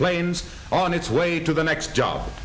plains on its way to the next job